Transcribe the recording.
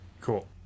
Cool